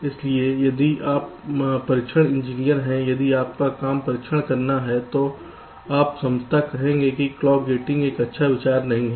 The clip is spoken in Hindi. इसलिए यदि आप परीक्षण इंजीनियर हैं यदि आपका कार्य परीक्षण करना है तो आप संभवतः कहेंगे कि क्लॉक गेटिंग एक अच्छा विचार नहीं है